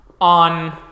on